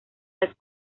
las